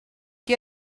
què